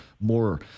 more